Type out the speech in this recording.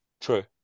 True